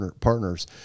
partners